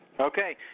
Okay